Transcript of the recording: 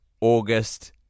August